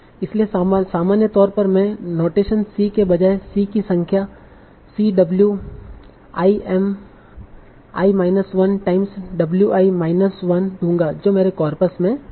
इसलिए सामान्य तौर पर मैं नोटेशन c के बजाय c की संख्या c w i m i minus 1 times w i minus 1 दूंगा जो मेरे कार्पस में आया है